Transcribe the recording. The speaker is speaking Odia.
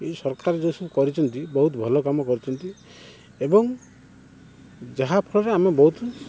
ଏଇ ସରକାର ଯେଉଁ ସବୁ କରିଛନ୍ତି ବହୁତ ଭଲ କାମ କରିଛନ୍ତି ଏବଂ ଯାହା ଫଳରେ ଆମେ ବହୁତ